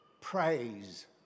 Praise